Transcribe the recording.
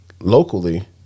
locally